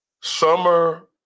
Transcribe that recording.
summer